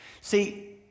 See